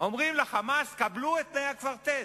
אומרים ל"חמאס": קבלו את תנאי הקוורטט.